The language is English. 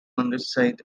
underside